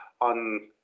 on